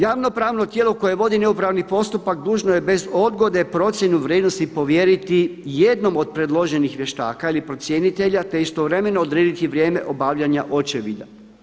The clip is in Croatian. Javno pravno tijelo koje vodi neupravni postupak dužno je bez odgode procjenu vrijednosti povjeriti jednom od predloženih vještaka ili procjenitelja, te istovremeno odrediti vrijeme obavljanja očevida.